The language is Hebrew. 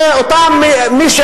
זה אותם מי,